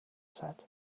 said